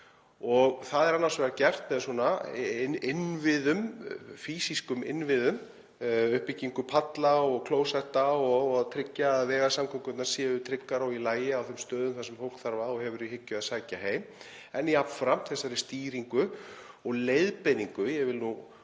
Það er annars vegar gert með svona físískum innviðum, uppbyggingu palla og klósetta og að tryggja að vegasamgöngurnar séu tryggar og í lagi á þeim stöðum þar sem fólk hefur í hyggju að sækja heim, en jafnframt með þessari stýringu og leiðbeiningu. Ég vil nú